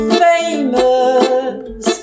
famous